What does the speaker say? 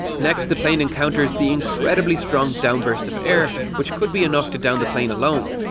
next the plane encounters the incredibly strong downburst of air, which could be enough to down the plane alone,